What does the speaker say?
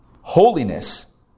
holiness